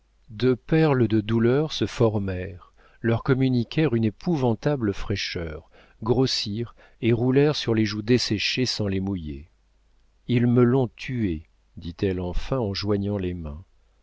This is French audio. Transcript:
deux perles de douleur se formèrent leur communiquèrent une épouvantable fraîcheur grossirent et roulèrent sur les joues desséchées sans les mouiller ils me l'ont tuée dit-elle enfin en joignant les mains